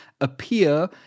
appear